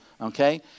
Okay